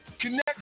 Connect